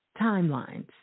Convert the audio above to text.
timelines